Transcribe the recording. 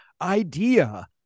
idea